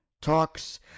talks